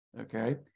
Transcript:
okay